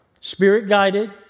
Spirit-guided